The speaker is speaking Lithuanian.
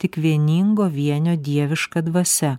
tik vieningo vienio dieviška dvasia